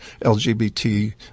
LGBT